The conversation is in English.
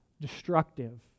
destructive